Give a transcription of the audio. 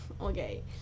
okay